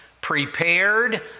prepared